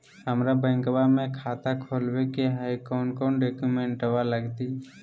हमरा बैंकवा मे खाता खोलाबे के हई कौन कौन डॉक्यूमेंटवा लगती?